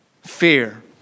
Fear